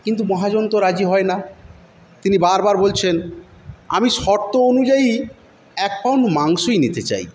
কিন্তু মহাজন তো রাজি হয় না তিনি বারবার বলছেন আমি শর্ত অনুযায়ী এক পাউন্ড মাংসই নিতে চাই